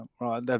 right